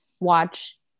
Watch